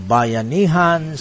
Bayanihan